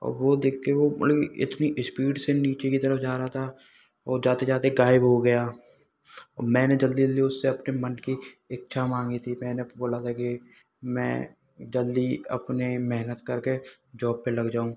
औ वह देखकर वह बड़ी इतनी इस्पीड से नीचे की तरफ जा रहा था और जाते जाते ग़ायब हो गया वह मैंने जल्दी जल्दी उससे अपने मन की इच्छा माँगी थी मैंने बोला था कि मैं जल्दी अपने मेहनत करके जॉब पर लग जाऊँ